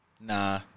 Nah